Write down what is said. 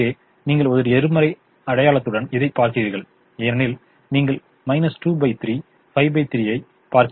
இங்கே நீங்கள் ஒரு எதிர்மறை அடையாளத்துடன் இதை பார்க்கிறீர்கள் ஏனெனில் நீங்கள் 2 3 53 ஐப் பார்க்கிறீர்கள்